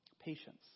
Patience